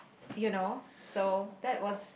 you know so that was